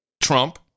Trump